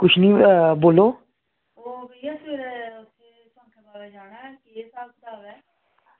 कुछ निं होया ओह् बोल्लो